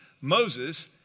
Moses